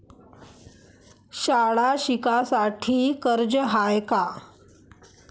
शाळा शिकासाठी कर्ज हाय का?